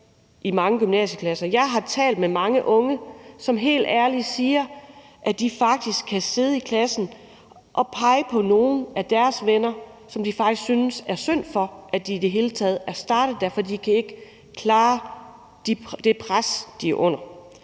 Jeg har talt med mange unge, som helt ærligt siger, at de faktisk kan sidde i klassen og pege på nogle af deres venner, som de faktisk synes det er synd for, altså at de i det hele taget startede, fordi de ikke kan klare det pres, de er under.